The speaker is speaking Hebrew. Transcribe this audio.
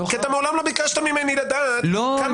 כי אתה מעולם לא ביקשת ממני לדעת --- לא,